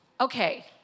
okay